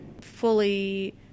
fully